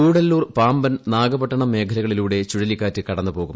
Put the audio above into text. കൂടല്ലൂർ പാമ്പൻ നാഗപട്ടണം മേഖലകളിലൂടെ ചുഴലിക്കാറ്റ് കടന്നുപോകും